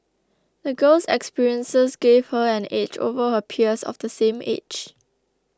the girl's experiences gave her an edge over her peers of the same age